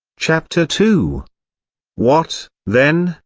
chapter two what, then,